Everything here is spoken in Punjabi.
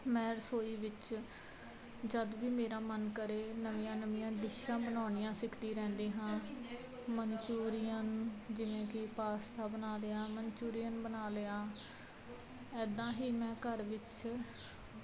ਮੈਂ ਰਸੋਈ ਵਿੱਚ ਜਦ ਵੀ ਮੇਰਾ ਮਨ ਕਰੇ ਨਵੀਆਂ ਨਵੀਆਂ ਡਿਸ਼ਾਂ ਬਣਾਉਣੀਆਂ ਸਿੱਖਦੀ ਰਹਿੰਦੀ ਹਾਂ ਮੰਨਚੂਰੀਅਨ ਜਿਵੇਂ ਕਿ ਪਾਸਤਾ ਬਣਾ ਲਿਆ ਮੰਚੂਰੀਅਨ ਬਣਾ ਲਿਆ ਇੱਦਾਂ ਹੀ ਮੈਂ ਘਰ ਵਿੱਚ